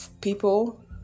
People